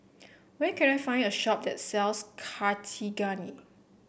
where can I find a shop that sells Cartigain